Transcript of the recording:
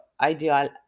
ideal